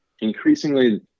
Increasingly